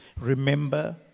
Remember